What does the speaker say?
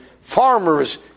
farmer's